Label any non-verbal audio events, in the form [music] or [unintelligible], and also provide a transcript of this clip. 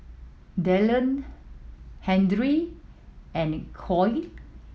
Delaney [unintelligible] and Khloe